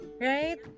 right